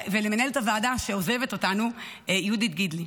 ולמנהלת הוועדה, שעוזבת אותנו, יהודית גידלי.